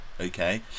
okay